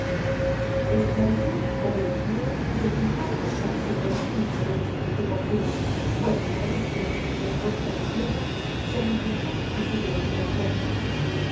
esclavitud obedeció y empezó á contar sin orden ni genio descriptivo alguno pormenores que mejor que á la tierra se referían á su biografía propia